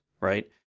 right